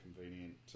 convenient